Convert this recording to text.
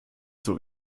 zur